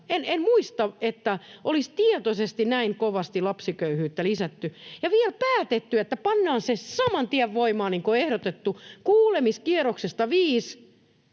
En muista, että olisi tietoisesti näin kovasti lapsiköyhyyttä lisätty ja vielä päätetty, että pannaan se saman tien voimaan, niin kuin on ehdotettu, kuulemiskierroksesta viis.